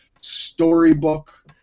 storybook